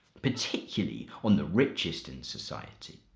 particularly on the richest in society.